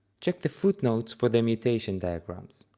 check the footnotes for the mutation diagrams.